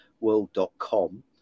world.com